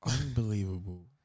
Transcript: Unbelievable